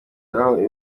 aho